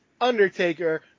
Undertaker